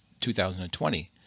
2020